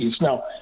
Now